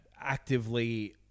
...actively